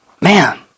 man